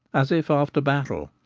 as if after battle.